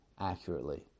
accurately